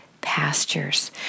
pastures